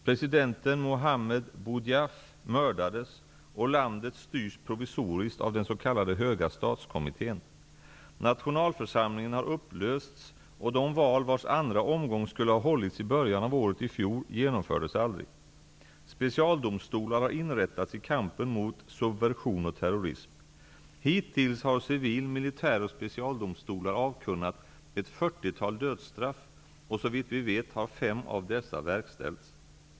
President Muhammed Boudiaf mördades, och landet styrs provisoriskt av den s.k. höga statskommittén. Nationalförsamlingen har upplösts och de val vars andra omgång skulle ha hållits i början av året i fjol genomfördes aldrig. Specialdomstolar har inrättats i kampen mot subversion och terrorism. Hittills har civil-, militäroch specialdomstolar avkunnat ett 40-tal dödsstraff, och så vitt vi vet har fem av dessa verkställts.